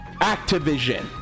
Activision